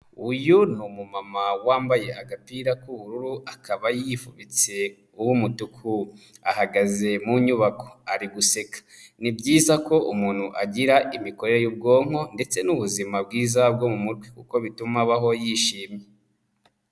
Uyu ni umumama wambaye agapira k'ubururu, akaba yifubitse uw'umutuku. Ahagaze mu nyubako, ari guseka. Ni byiza ko umuntu agira imikorere y'ubwonko ndetse n'ubuzima bwiza bwo mu mutwe kuko bituma abaho yishimye.